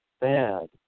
bad